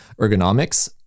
ergonomics